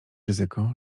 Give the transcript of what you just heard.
ryzyko